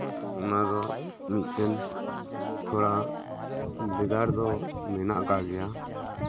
ᱚᱱᱟ ᱫᱚ ᱢᱤᱫᱴᱮᱱ ᱵᱷᱮᱜᱟᱨ ᱛᱷᱚᱲᱟ ᱫᱚ ᱢᱮᱱᱟᱜ ᱟᱠᱟᱫ ᱜᱮᱭᱟ